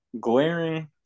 glaring